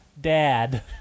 dad